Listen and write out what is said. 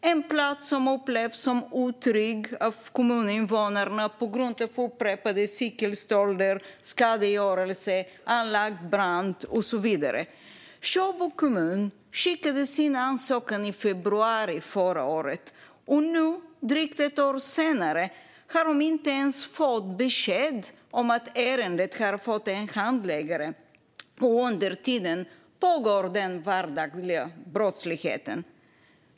Det är en plats om upplevs som otrygg av kommuninvånarna på grund av upprepade cykelstölder, skadegörelse, anlagd brand och så vidare. Sjöbo kommun skickade sin ansökan i februari förra året. Nu, drygt ett år senare, har de inte ens fått besked om att ärendet har fått en handläggare. Under tiden pågår den vardagliga brottsligheten.